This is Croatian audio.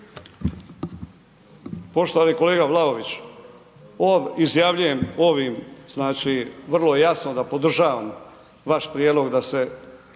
Poštovani kolega Vlaović, izjavljujem ovim, znači vrlo je jasno da podržavam vaš prijedlog da se